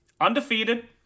Undefeated